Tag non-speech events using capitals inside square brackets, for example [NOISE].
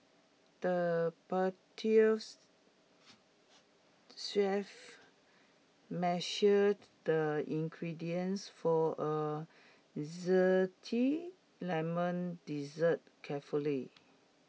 the [UNINTELLIGIBLE] chef measured the ingredients for A Zesty Lemon Dessert carefully